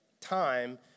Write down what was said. time